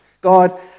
God